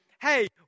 hey